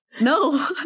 No